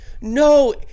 No